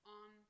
on